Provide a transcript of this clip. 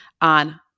on